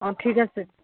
অঁ ঠিক আছে